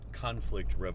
conflict